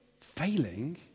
failing